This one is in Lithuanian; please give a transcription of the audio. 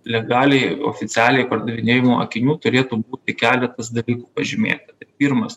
legaliai oficialiai pardavinėjamų akinių turėtų būti keletas dalykų pažymėta pirmas